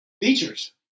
Features